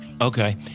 Okay